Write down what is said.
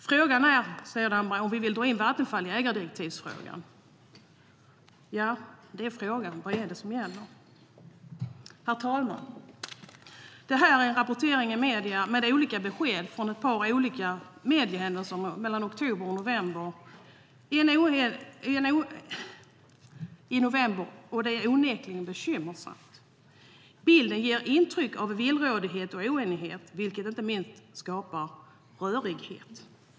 Damberg undrar om man vill dra in Vattenfall i ägardirektivsfrågan. Ja, frågan är vad som gäller. Herr talman! Dessa olika besked i medierna under oktober och november är onekligen bekymmersamma. Bilden ger intryck av villrådighet och oenighet, vilket blir rörigt.